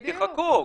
תחכו.